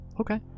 Okay